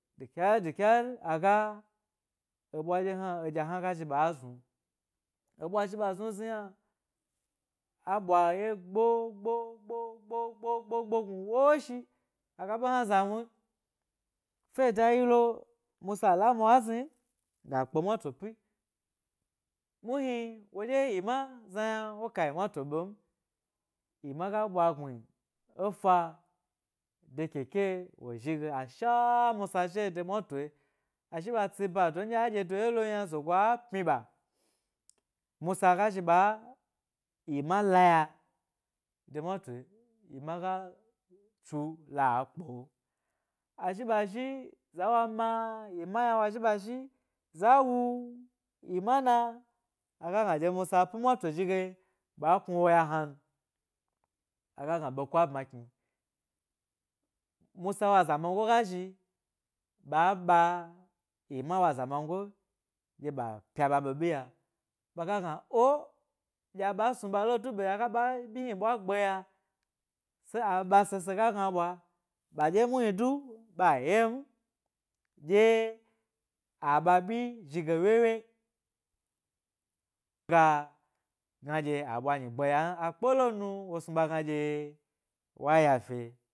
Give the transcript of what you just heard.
Dukyar dukyar aga ebwa dye hna eɗya hna ga zhi ɓa znu eɓwa zhi ɓa znu zni yna a ɓwa eye gbo gbo gbo gbo gbo gbo gbo gnu woshi aga zhi ɓa ɓe hna zamu te dea yi lo musa la mwa zhi ga kpe mato pi muhni wodye zna yna woɗye emma kayi mwato be m emma ga bwa gbmi e fa de keke wo zhi ge asha musa zhio de mwatoyi azhi ɓa tsi ɓado ndye adye dowye lo m yna zogo a pmyi ɓa musa ga zhi ba emma la ya de mwato emma ga tsu la kpeo azhi ɓa zhi za wa ma emma yni wa zhi ɓa zhi za wu emma na a ga gna dye musa pi mwato zhige ɓa knu wo ya hna n, a ga gna beko a bma, kni musa wo azamango ga zhi ɓa ɓa emma wo azamango dye ɓa pya ɓa ɓeɓi ya ɓa ba gna oh dye a ɓa gnu ɓa lo du ɓe a ga ɓa ɓyi hni ɓwa gbeya se a base se ga gna ɓwa ɓadye du nu ɓa yem dye a ɓa byi zhiga wye wye > gap ga gna dye a ɓwanyi gbeya m a kpelo nu wo snu ɓa gna dye wa ye fe.